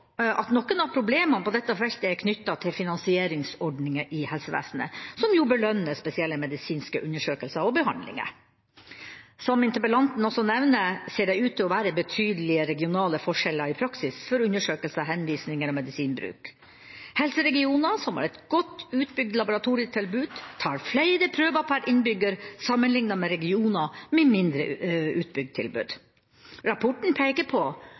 at noen av problemene på dette feltet er knyttet til finansieringsordninger i helsevesenet, som jo belønner spesielle medisinske undersøkelser og behandlinger. Som interpellanten også nevner, ser det ut til å være betydelige regionale forskjeller i praksis for undersøkelser og henvisninger og medisinbruk. Helseregioner som har et godt utbygd laboratorietilbud, tar flere prøver per innbygger sammenlignet med regioner med mindre utbygd tilbud. Rapporten peker på